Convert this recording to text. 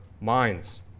minds